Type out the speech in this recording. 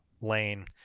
lane